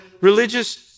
religious